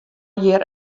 hjir